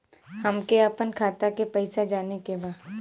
हमके आपन खाता के पैसा जाने के बा